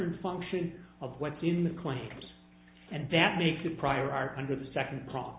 and function of what's in the claims and that makes the prior art under the second